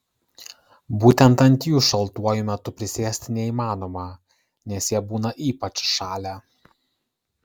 būtent ant jų šaltuoju metu prisėsti neįmanoma nes jie būna ypač įšalę